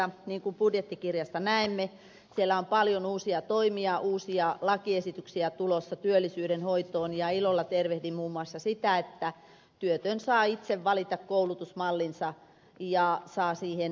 niin kuin budjettikirjasta näemme siellä on paljon uusia toimia uusia lakiesityksiä tulossa työllisyyden hoitoon ja ilolla tervehdin muun muassa sitä että työtön saa itse valita koulutusmallinsa ja saa siihen tukea yhteiskunnalta